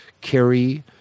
carry